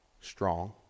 strong